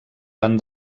van